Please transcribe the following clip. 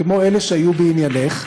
כמו אלה שהיו בעניינך,